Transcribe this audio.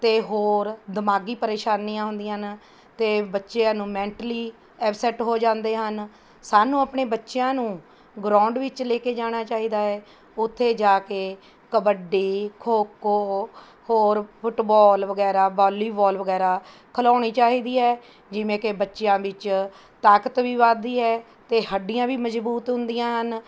ਅਤੇ ਹੋਰ ਦਿਮਾਗੀ ਪਰੇਸ਼ਾਨੀਆਂ ਹੁੰਦੀਆਂ ਹਨ ਅਤੇ ਬੱਚਿਆਂ ਨੂੰ ਮੈਂਟਲੀ ਐਵਸੈੱਟ ਹੋ ਜਾਂਦੇ ਹਨ ਸਾਨੂੰ ਆਪਣੇ ਬੱਚਿਆਂ ਨੂੰ ਗਰੌਂਡ ਵਿੱਚ ਲੈ ਕੇ ਜਾਣਾ ਚਾਹੀਦਾ ਹੈ ਉੱਥੇ ਜਾ ਕੇ ਕਬੱਡੀ ਖੋ ਖੋ ਹੋਰ ਫੁੱਟਬੋਲ ਵਗੈਰਾ ਵਾਲੀਵੋਲ ਵਗੈਰਾ ਖਲਾਉਣੀ ਚਾਹੀਦਾ ਹੈ ਜਿਵੇਂ ਕਿ ਬੱਚਿਆਂ ਵਿੱਚ ਤਾਕਤ ਵੀ ਵੱਧਦੀ ਹੈ ਅਤੇ ਹੱਡੀਆਂ ਵੀ ਮਜ਼ਬੂਤ ਹੁੰਦੀਆਂ ਹਨ